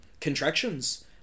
contractions